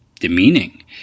demeaning